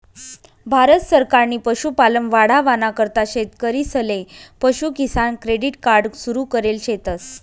भारत सरकारनी पशुपालन वाढावाना करता शेतकरीसले पशु किसान क्रेडिट कार्ड सुरु करेल शेतस